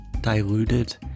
diluted